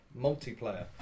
multiplayer